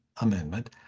Amendment—